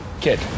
Kid